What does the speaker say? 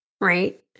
right